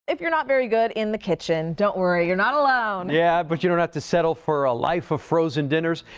if you're not very good in the kitchen, don't worry, you're not alone. yeah but you don't have to settle for a life of frozen dinners.